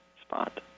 spot